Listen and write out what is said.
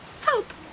Help